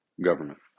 government